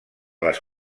les